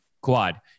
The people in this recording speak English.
Quad